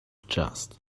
just